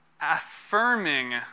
affirming